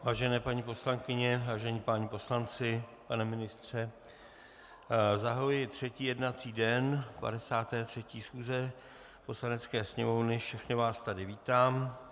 Vážené paní poslankyně, vážení páni poslanci, pane ministře, zahajuji třetí jednací den 53. schůze Poslanecké sněmovny a všechny vás tady vítám.